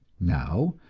now,